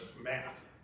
math